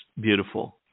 beautiful